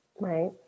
Right